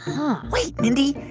um wait, mindy.